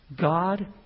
God